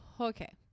Okay